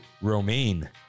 Romaine